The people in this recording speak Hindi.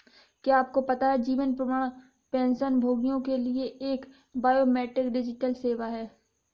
क्या आपको पता है जीवन प्रमाण पेंशनभोगियों के लिए एक बायोमेट्रिक डिजिटल सेवा है?